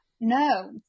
no